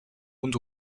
und